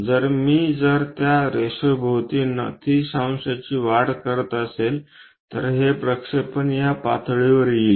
तर मी जर या रेषाभोवती 90 अंशांची वाढ करत असेल तर हा प्रक्षेपण या पातळीवर येईल